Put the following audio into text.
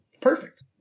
Perfect